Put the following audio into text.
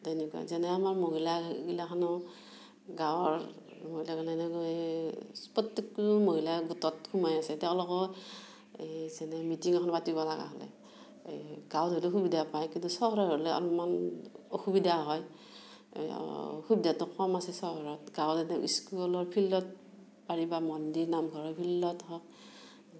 তেনেকুৱা যেনে আমাৰ মহিলাগিলাখনো গাঁৱৰ প্ৰত্যেকটো মহিলা গোটত সোমাই আছে তেওঁলোকৰ এই যেনে মিটিং এখন পাতিব লগা হ'লে এই গাঁৱত হ'লে সুবিধা পায় কিন্তু চহৰ হ'লে অলপমান অসুবিধা হয় সুবিধাটো কম আছে চহৰত গাঁৱত এনে স্কুলৰ ফিল্ডত পাৰি বা মন্দিৰ নামঘৰৰ ফিল্ডত হওক